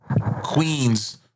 Queens